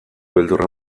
beldurra